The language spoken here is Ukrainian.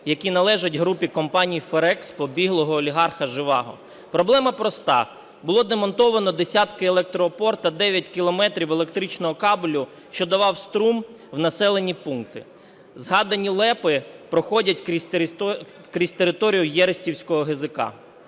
які належать групі компаній Ferrexpo біглого олігарха Жеваго. Проблема проста: було демонтовано десятки електроопор та 9 кілометрів електричного кабелю, що давав струм в населені пункти. Згадані ЛЕПи проходять крізь територію Єристівського ГЗК.